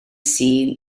sul